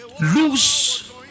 lose